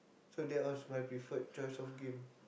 so that was my preferred choice of game